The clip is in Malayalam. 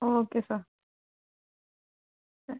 ഓക്കെ സർ ശരി